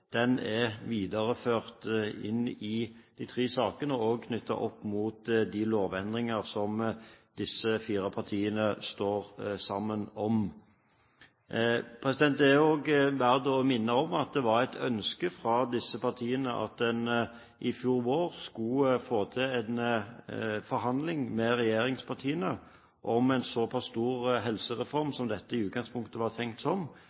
den enigheten som Fremskrittspartiet, Kristelig Folkeparti, Venstre og Høyre etablerte i forbindelse med behandlingen av stortingsmeldingen om Samhandlingsreformen i fjor vår, er videreført i de sakene som også er knyttet til de lovendringene som disse fire partiene står sammen om. Det er også verdt å minne om at det var et ønske fra disse partiene i fjor vår at en skulle få til en forhandling med regjeringspartiene om